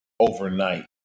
overnight